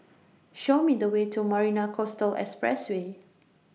Show Me The Way to Marina Coastal Expressway